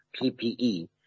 PPE